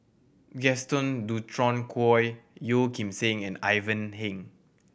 Gaston Dutronquoy Yeo Kim Seng and Ivan Heng